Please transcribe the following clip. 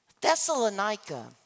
Thessalonica